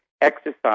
exercise